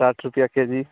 साठ रुपया के जी